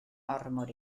ormod